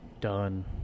done